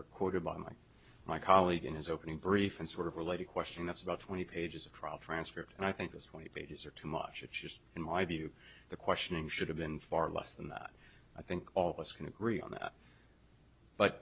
are quoted by my colleague in his opening brief and sort of related question that's about twenty pages of trial transcript and i think this way pages are too much of just in my view the questioning should have been far less than that i think all of us can agree on that but